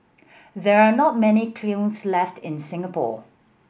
there are not many left in Singapore